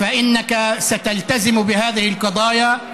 סוגיית סיום הכיבוש, אתה תהיה מחויב לסוגיות האלה.